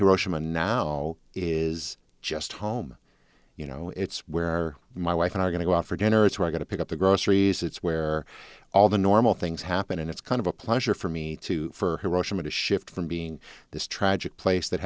all is just home you know it's where my wife and i are going to go out for dinner it's we're going to pick up the groceries it's where all the normal things happen and it's kind of a pleasure for me too for hiroshima to shift from being this tragic place that